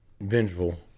vengeful